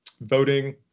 voting